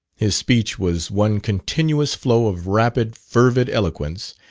his speech was one continuous flow of rapid, fervid eloquence,